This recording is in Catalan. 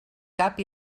cap